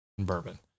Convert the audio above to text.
bourbon